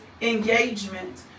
engagement